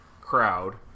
crowd